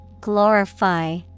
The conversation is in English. Glorify